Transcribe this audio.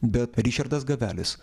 bet ričardas gavelis